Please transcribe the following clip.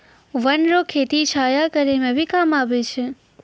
वन रो खेती छाया करै मे भी काम आबै छै